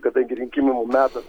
kadangi rinkimų metas